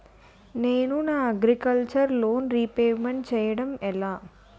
నేను నా agriculture loan repayment చేయడం ఎలా?